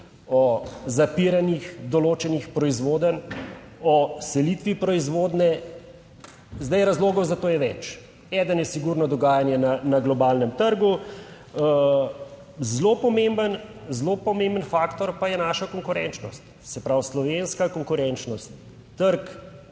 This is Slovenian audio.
o zapiranjih določenih proizvodenj, o selitvi proizvodnje. Zdaj razlogov za to je več, eden je sigurno dogajanje na globalnem trgu, zelo pomemben, zelo pomemben faktor pa je naša konkurenčnost. Se pravi, slovenska konkurenčnost, trg